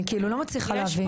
אני כאילו לא מצליחה להבין.